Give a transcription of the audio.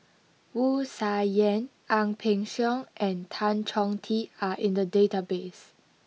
Wu Tsai Yen Ang Peng Siong and Tan Chong Tee are in the database